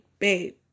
Babe